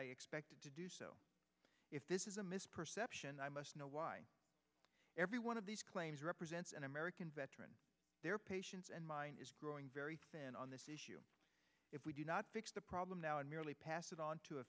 expect if this is a misperception i must know why every one of these claims represents an american veteran their patients and mine is growing very thin on this issue if we do not fix the problem now and merely pass it on to a